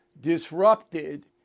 disrupted